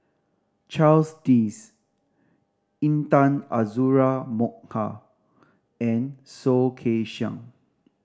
Charles Dyce Intan Azura Mokhtar and Soh Kay Siang